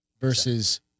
versus